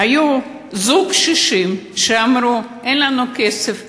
היו זוג קשישים שאמרו: אין לנו כסף לפילהרמונית,